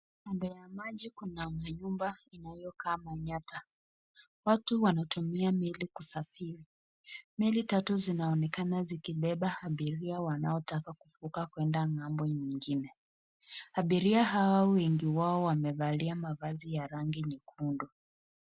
Kando ya maji kuna manyumba yanayokaa manyatta, watu wanatumia meli kusafiri, meli tatu zinaonekana zikibeba abiria wanaotaka kuvuka kwenda ng'ambo nyingine, abiria hawa wengi wao wamevalia mavazi ya rangi nyekundu.